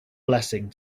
blessing